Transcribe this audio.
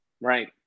Right